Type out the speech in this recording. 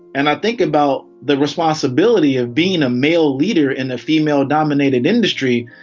and think about the responsibility of being a male leader in a female dominated industry.